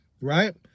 right